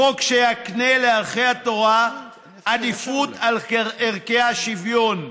חוק שיקנה לערכי התורה עדיפות על ערכי השוויון,